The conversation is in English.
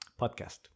podcast